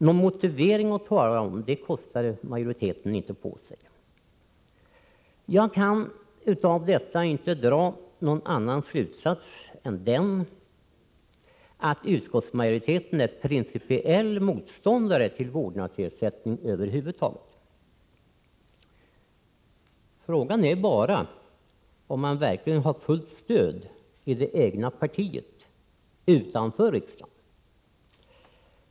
Någon motivering att tala om kostar majoriteten inte på sig att ge. Jag kan av detta inte dra någon annan slutsats än den att utskottsmajoriteten pricipiellt sett är motståndare till vårdnadsersättning över huvud taget. Frågan är bara om man verkligen har fullt stöd utanför riksdagen i det egna partiet.